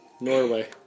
Norway